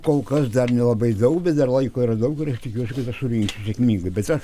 kol kas dar nelabai daug bet dar laiko yra daug ir aš tikiuosi kad surinksim sėkmingai bet aš